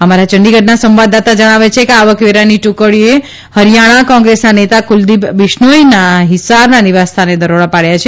અમારા યંડીગઢના સંવાદદાતા જણાવે છે કે આવકવેરાની ટુકડીએ હરિથાણા કોંગ્રેસના નેતા કુલદીપ બિશ્નોઇના હીસારના નિવાસસ્થાને દરોડા પાડ્યા છે